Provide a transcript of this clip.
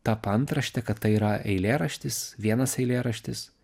ta paantraštė kad tai yra eilėraštis vienas eilėraštis